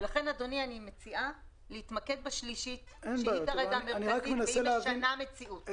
לכן אדוני אני מציעה להתמקד בתקנה השלישית שהיא משנה מציאות.